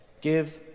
Give